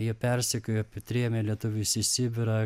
jie persekiojo trėmė lietuvius į sibirą